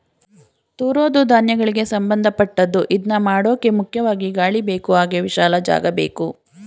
ತೂರೋದೂ ಧಾನ್ಯಗಳಿಗೆ ಸಂಭಂದಪಟ್ಟದ್ದು ಇದ್ನಮಾಡೋಕೆ ಮುಖ್ಯವಾಗಿ ಗಾಳಿಬೇಕು ಹಾಗೆ ವಿಶಾಲ ಜಾಗಬೇಕು